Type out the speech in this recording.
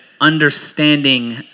understanding